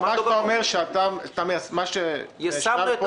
החוק מיושם, אנחנו ממתינים לבקשות של בתי מרקחת.